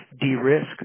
de-risk